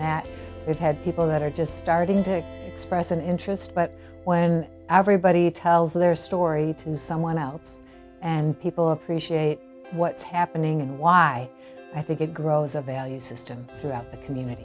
that we've had people that are just starting to express an interest but when everybody tells their story to someone else and people appreciate what's happening and why i think it grows a value system throughout the community